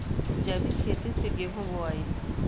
जैविक खेती से गेहूँ बोवाई